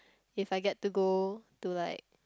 if I get to go to like